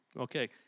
Okay